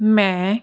ਮੈਂ